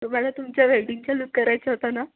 तुम्हाला तुमच्या वेडिंगचा लूक करायचा होता ना